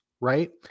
right